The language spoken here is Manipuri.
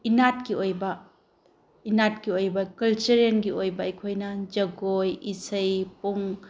ꯏꯅꯥꯠꯀꯤ ꯑꯣꯏꯕ ꯏꯅꯥꯠꯀꯤ ꯑꯣꯏꯕ ꯀꯜꯆꯔꯦꯜꯒꯤ ꯑꯣꯏꯕ ꯑꯩꯈꯣꯏꯅ ꯖꯒꯣꯏ ꯏꯁꯩ ꯄꯨꯡ